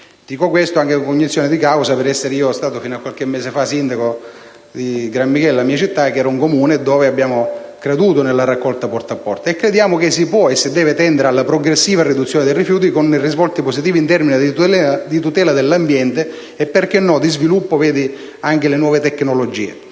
Dico questo anche con cognizione di causa, per essere stato fino a pochi mesi fa sindaco di Grammichele, un Comune che ha creduto nella raccolta porta a porta. E crediamo che si può e si deve tendere alla progressiva riduzione dei rifiuti, con risvolti positivi in termini di tutela ambientale e - perché no - di sviluppo, vedi anche le nuove tecnologie.